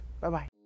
Bye-bye